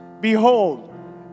behold